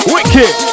Wicked